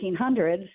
1800s